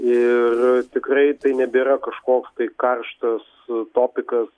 ir tikrai tai nebėra kažkoks tai karštas topikas